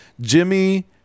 Jimmy